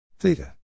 theta